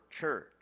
church